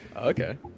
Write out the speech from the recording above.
okay